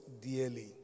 dearly